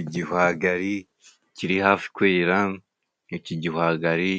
Igihwagari kiri hafi kwera, iki gihwagari